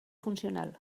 funcional